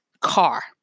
car